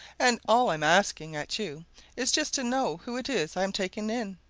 and all i'm asking at you is just to know who it is i'm taking in.